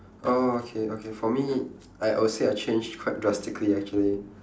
oh okay okay for me I I will say I change quite drastically actually